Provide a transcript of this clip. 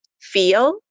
feel